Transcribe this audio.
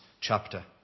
chapter